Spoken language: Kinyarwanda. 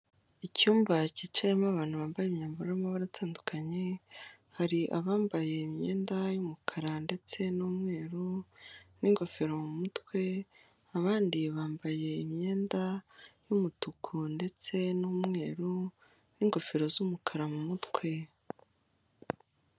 Icyumba cyicayemo abantu bambaye imyamba y'amabara atandukanye, hari abambaye imyenda y'umukara ndetse n'umweru, n'ingofero mu mutwe, abandi bambaye imyenda y'umutuku ndetse n'umweru, n'ingofero z'umukara mu mutwe.